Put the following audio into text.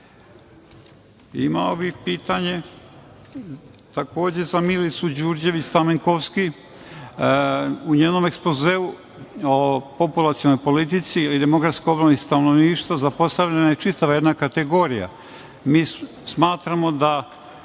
bih pitanje za Milicu Đurđević Stamenkovski. U njenom ekspozeu o populacionoj politici ili demografskoj politici stanovništva zapostavljena je čitava jedna kategorija. Mi smatramo da